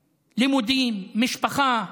לימודים, משפחה.